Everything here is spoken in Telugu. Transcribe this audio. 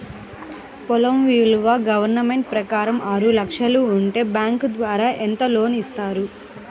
పొలం విలువ గవర్నమెంట్ ప్రకారం ఆరు లక్షలు ఉంటే బ్యాంకు ద్వారా ఎంత లోన్ ఇస్తారు?